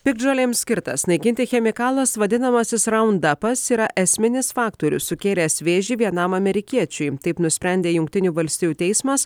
piktžolėms skirtas naikinti chemikalas vadinamasis raundapas yra esminis faktorius sukėlęs vėžį vienam amerikiečiui taip nusprendė jungtinių valstijų teismas